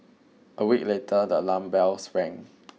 a week later the alarm bells rang